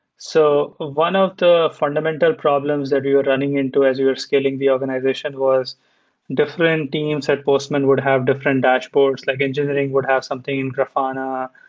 so ah one of the fundamental problems that we were running into as we were scaling the organization was different teams at postman would have different dashboards. like engineering would have something in grafana.